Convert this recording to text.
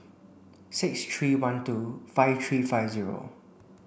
six three one two five three five zero